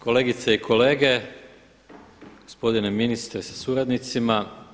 Kolegice i kolege, gospodine ministre sa suradnicima.